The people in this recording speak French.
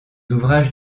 ouvrages